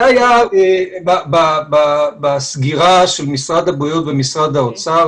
זה היה בסגירה של משרד הבריאות ומשרד האוצר,